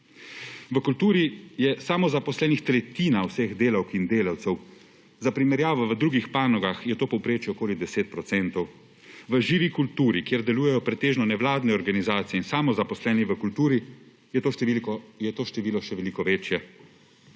V kulturi je samozaposlenih tretjina vseh delavk in delavcev. Za primerjavo v drugih panogah, je to povprečje okoli 10 procentov. V živi kulturi, kjer delujejo pretežno nevladne organizacije in samozaposleni v kulturi, je to število še veliko večje.